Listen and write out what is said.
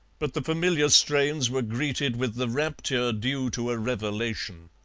but the familiar strains were greeted with the rapture due to a revelation.